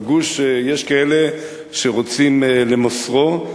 בגוש שיש כאלה שרוצים למוסרו,